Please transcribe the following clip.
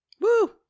Woo